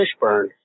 Fishburne